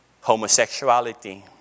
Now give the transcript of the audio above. Homosexuality